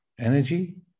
energy